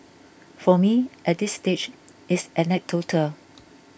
for me at this stage it's anecdotal